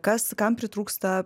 kas kam pritrūksta